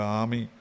army